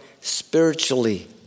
spiritually